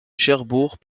cherbourg